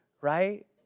right